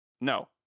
No